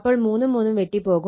അപ്പോൾ 3 ഉം 3 ഉം വെട്ടി പോകും